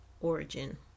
origin